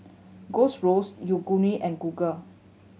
Golds Roast Yoguru and Google